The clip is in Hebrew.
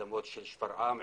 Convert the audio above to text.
אדמות של שפרעם,